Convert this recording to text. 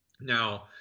now